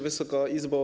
Wysoka Izbo!